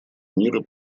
мира